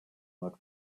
not